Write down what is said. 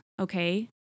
okay